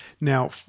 Now